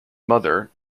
mother